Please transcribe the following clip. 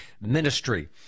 ministry